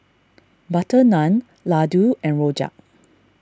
Butter Naan Laddu and Rojak